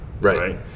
right